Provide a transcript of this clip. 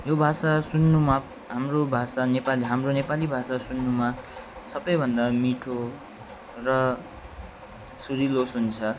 यो भाषा सुन्नुमा हाम्रो भाषा नेपाली हाम्रो नेपाली भाषा सुन्नुमा सबैभन्दा मिठो र सुरिलो सुन्छ